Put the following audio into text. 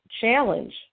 challenge